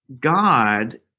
God